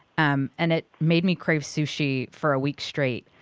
um and it made me crave sushi for a week straight.